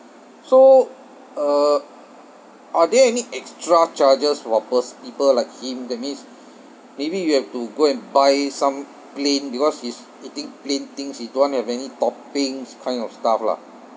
so uh are there any extra charges for pers~ people like him that means maybe you have to go and buy some plain because he's eating plain things he don't want to have any toppings kind of stuff lah